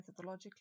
methodologically